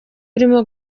urimo